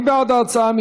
מי בעד ההצעה?